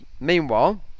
Meanwhile